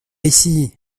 ici